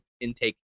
intake